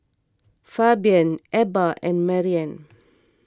Fabian Ebba and Marian